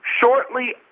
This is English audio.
Shortly